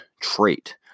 trait